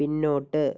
പിന്നോട്ട്